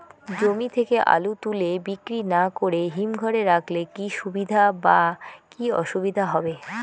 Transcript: জমি থেকে আলু তুলে বিক্রি না করে হিমঘরে রাখলে কী সুবিধা বা কী অসুবিধা হবে?